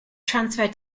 transferred